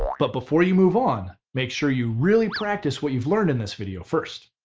but before you move on, make sure you really practice what you've learned in this video first.